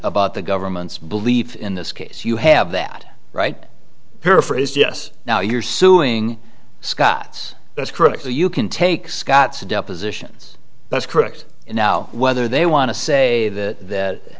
about the government's belief in this case you have that right paraphrased yes now you're suing scott's critics say you can take scott's depositions that's correct now whether they want to say that